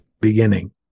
beginning